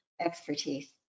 expertise